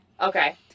okay